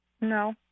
No